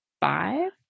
five